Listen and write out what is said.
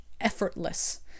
effortless